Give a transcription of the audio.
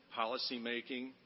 policymaking